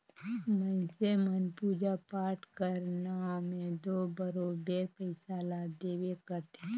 मइनसे मन पूजा पाठ कर नांव में दो बरोबेर पइसा ल देबे करथे